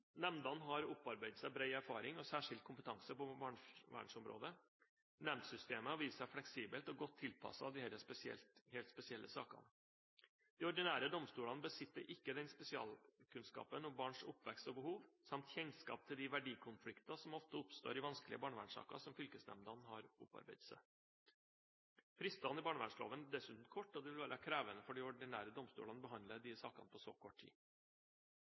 Nemndene har opparbeidet seg bred erfaring og særskilt kompetanse på barnevernsområdet. Nemndsystemet har vist seg fleksibelt og godt tilpasset disse helt spesielle sakene. De ordinære domstolene besitter ikke den spesialkunnskapen om barns oppvekst og behov samt kjennskap til de verdikonflikter som ofte oppstår i vanskelige barnevernssaker, som fylkesnemndene har opparbeidet seg. Fristene i barnevernsloven er dessuten korte, og det vil være krevende for de ordinære domstolene å behandle disse sakene på så kort tid.